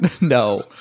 No